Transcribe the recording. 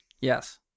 Yes